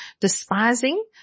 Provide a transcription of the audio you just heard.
despising